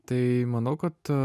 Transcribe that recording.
tai manau kad